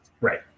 Right